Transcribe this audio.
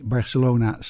Barcelona